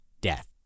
death